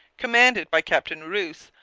commanded by captain rous,